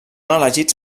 elegits